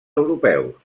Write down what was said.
europeus